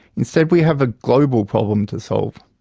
instead, we have a global problem to solve.